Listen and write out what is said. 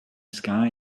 sky